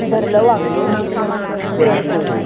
भरलं वांगं पुरणपोळी